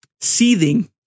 seething